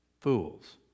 fools